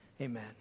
amen